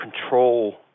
control